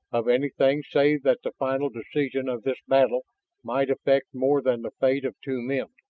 of anything save that the final decision of this battle might affect more than the fate of two men.